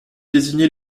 désigner